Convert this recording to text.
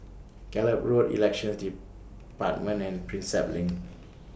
Gallop Road Elections department and Prinsep LINK